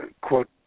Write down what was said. Quote